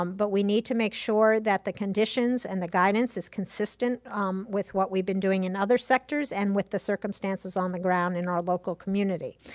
um but we need to make sure that the conditions and the guidance is consistent um with what we've been doing in other sectors and with the circumstances on the ground in our local community.